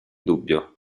dubbio